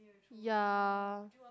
yea